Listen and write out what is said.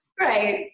right